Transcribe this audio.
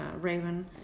Raven